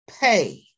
pay